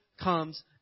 comes